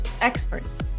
experts